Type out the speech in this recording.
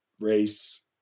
race